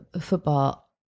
football